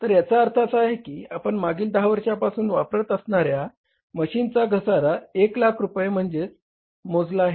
तर याचा अर्थ असा आहे की आपण मागील 10 वर्षांपासून वापरत असणाऱ्या मशीनचा घसारा 100000 रुपये मोजला आहे